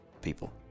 people